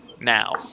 now